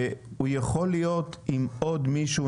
הוא יכול להיות עם עוד מישהו,